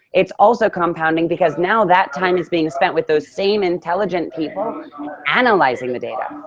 it's also compounding because now that time is being spent with those same intelligent people analyzing the data.